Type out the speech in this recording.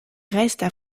restent